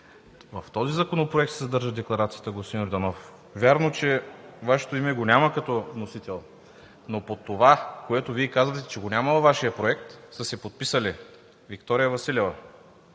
В този законопроект се съдържа декларацията, господин Йорданов. Вярно е, че Вашето име го няма като вносител, но под това, което Вие казвате, че го няма във Вашият проект, са се подписали Виктория Василева,